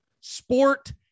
sport